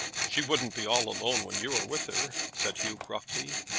she wouldn't be all alone when you are with her, said hugh, gruffly,